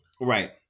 Right